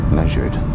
measured